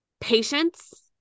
patience